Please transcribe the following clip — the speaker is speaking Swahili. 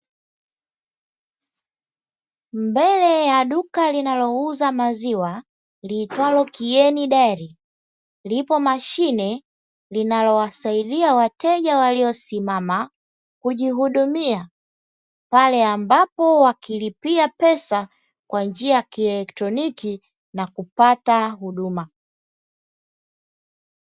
Mbele ya duka linalouza maziwa liitwalo "KIENI DIARY" lipo mashine linalowasaidia wateja waliosimama kujihudumia, pale ambapo wakilipia pesa kwa njia ya kielektroniki na kupata huduma.